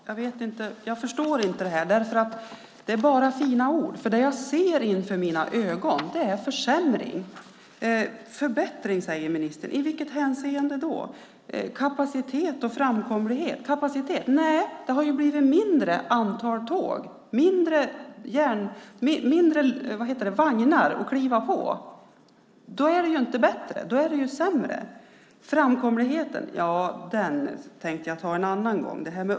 Fru talman! Jag förstår inte det som sägs här. Det är bara fina ord. Vad jag ser framför mig är försämringar. Förbättring talar ministern om. I vilket hänseende? Kapacitet och framkomlighet talar ministern också om. Kapacitet - nej, det har ju blivit färre vagnar att kliva på. Då är det inte bättre, utan då är det sämre. Framkomlighet - ja, det där tänker jag ta upp en annan gång.